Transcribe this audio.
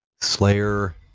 Slayer